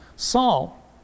Saul